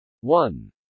One